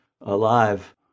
alive